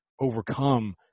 overcome